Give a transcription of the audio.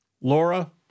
Laura